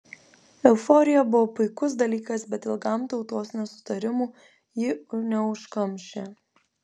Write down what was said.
euforija buvo puikus dalykas bet ilgam tautos nesutarimų ji neužkamšė